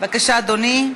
בבקשה, אדוני.